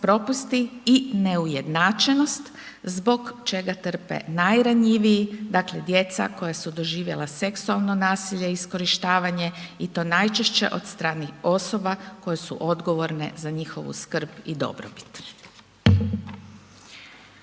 i neujednačenost zbog čega trpe najranjiviji, dakle djeca koja su doživjela seksualno nasilje i iskorištavanje i to najčešće od starijih osoba koje su odgovorne za njihovu skrb i dobrobit.